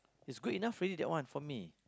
it's good enough already that one for me